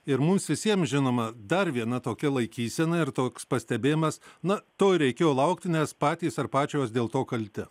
ir mums visiems žinoma dar viena tokia laikysena ir toks pastebėjimas na to ir reikėjo laukti nes patys ar pačios dėl to kalti